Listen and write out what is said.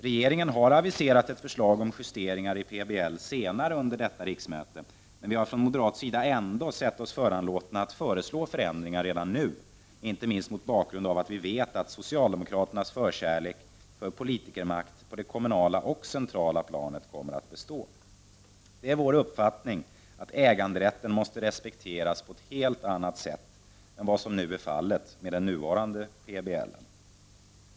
Regeringen har aviserat ett förslag om justeringar i PBL senare under detta riksmöte. Från moderat sida har vi ändå sett oss föranlåtna att föreslå förändringar redan nu, inte minst mot bakgrund av att vi vet att socialdemo kraternas förkärlek för politikernas makt på det kommunala och centrala planet kommer att bestå. Det är vår uppfattning att äganderätten måste respekteras på ett helt annat sätt än vad som nu är fallet med den nuvarande PBL.